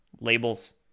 Labels